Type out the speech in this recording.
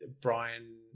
Brian